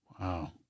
Wow